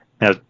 Now